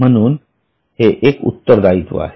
म्हणून हे एक उत्तरदायित्व आहे